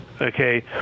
okay